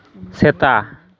ᱥᱮᱛᱟ